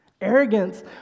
Arrogance